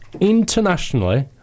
internationally